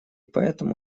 поэтому